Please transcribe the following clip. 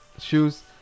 Shoes